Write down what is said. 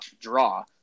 draw